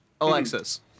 Alexis